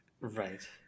right